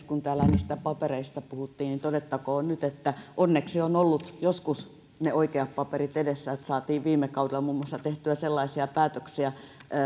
kun täällä niistä papereista puhuttiin niin todettakoon nyt että onneksi on ollut joskus ne oikeat paperit edessä että saatiin viime kaudella muun muassa tehtyä sellaisia päätöksiä